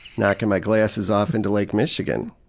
knockin' my glasses off into lake michegan.